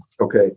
Okay